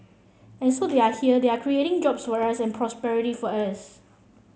and so they are here and they are creating jobs for us and prosperity for us